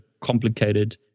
complicated